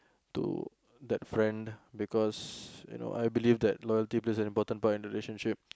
to that friend because you know I believe that loyalty plays an important part in a relationship